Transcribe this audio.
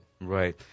right